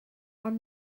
ond